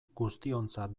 guztiontzat